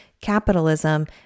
capitalism